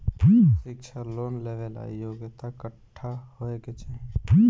शिक्षा लोन लेवेला योग्यता कट्ठा होए के चाहीं?